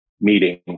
meeting